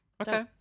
Okay